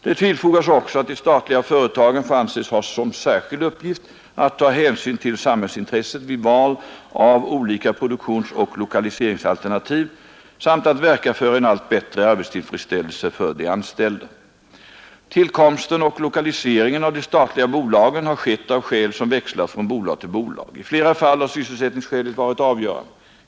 Det tillfogas också att de statliga företagen får anses ha som särskild uppgift att ta hänsyn till samhällsintresset vid val av olika produktionsoch lokaliseringsalternativ samt att verka för en allt bättre arbetstillfredsställelse för de anställda. Tillkomsten och lokaliseringen av de statliga bolagen har skett av skäl som växlat från bolag till bolag. I flera fall har sysselsättningsskälen varit avgörande.